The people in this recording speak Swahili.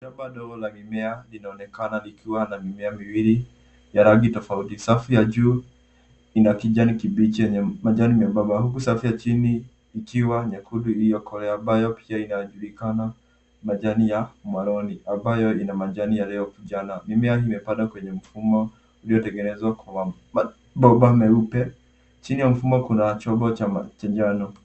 Bomba la mimea linaonekana likiwa na mimea miwili ya rangi tofauti. Safu ya juu ina kijani kibichi yenye majani nyembamba huku safu ya chini ikiwa nyekundu iliyokolea ambayo pia inajulikana kama majani ya maruni ambayo Ina majani iliyokunjana. Mimea hii imepandwa kwenye mfumo uliotengenezwa kwa bomba nyeupe. Chini ya mfumo kuna chombo cha njano.